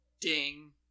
Ding